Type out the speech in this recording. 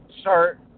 start